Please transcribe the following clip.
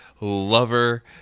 lover